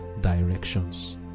directions